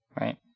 right